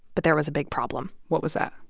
but there was a big problem what was that?